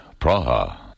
Praha